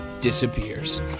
disappears